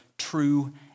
true